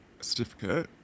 certificate